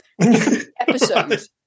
episodes